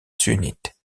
sunnites